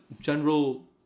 general